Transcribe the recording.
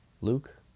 Luke